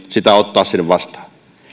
sitä ottaa vastaan